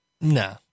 nah